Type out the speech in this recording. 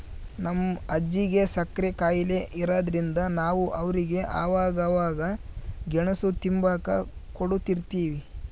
ನಮ್ ಅಜ್ಜಿಗೆ ಸಕ್ರೆ ಖಾಯಿಲೆ ಇರಾದ್ರಿಂದ ನಾವು ಅವ್ರಿಗೆ ಅವಾಗವಾಗ ಗೆಣುಸು ತಿಂಬಾಕ ಕೊಡುತಿರ್ತೀವಿ